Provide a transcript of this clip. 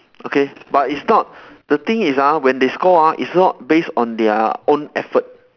okay but it's not the thing is ah when they score ah it's not based on their own effort